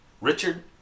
Richard